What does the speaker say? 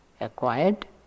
acquired